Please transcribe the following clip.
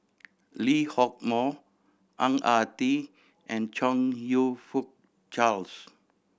Lee Hock Moh Ang Ah Tee and Chong You Fook Charles